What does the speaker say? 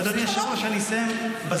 אדוני היושב-ראש, אני מסיים בזמן.